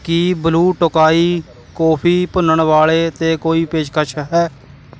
ਕੀ Blue Tokai coffee ਭੁੰਨਣ ਵਾਲੇ 'ਤੇ ਕੋਈ ਪੇਸ਼ਕਸ਼ ਹੈ